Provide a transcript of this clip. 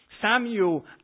Samuel